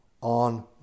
on